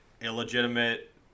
illegitimate